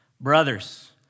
Brothers